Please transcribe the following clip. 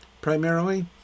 Primarily